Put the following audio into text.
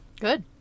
Good